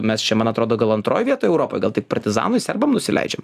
mes čia man atrodo gal antroj vietoj europoj gal tik partizanai serbam nusileidžiam